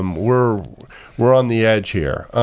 um we're we're on the edge here.